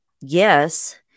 yes